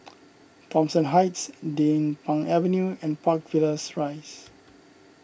Thomson Heights Din Pang Avenue and Park Villas Rise